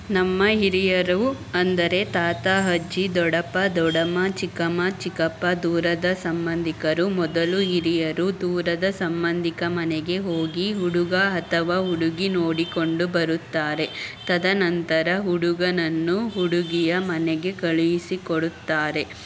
ನಮ್ಮ ಹಿರಿಯರು ಅಂದರೆ ತಾತ ಅಜ್ಜಿ ದೊಡ್ಡಪ್ಪ ದೊಡ್ಡಮ್ಮ ಚಿಕ್ಕಮ್ಮ ಚಿಕ್ಕಪ್ಪ ದೂರದ ಸಂಬಂಧಿಕರು ಮೊದಲು ಹಿರಿಯರು ದೂರದ ಸಂಬಂಧಿಕ ಮನೆಗೆ ಹೋಗಿ ಹುಡುಗ ಅಥವಾ ಹುಡುಗಿ ನೋಡಿಕೊಂಡು ಬರುತ್ತಾರೆ ತದನಂತರ ಹುಡುಗನನ್ನು ಹುಡುಗಿಯ ಮನೆಗೆ ಕಳಿಸಿ ಕೊಡುತ್ತಾರೆ